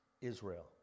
Israel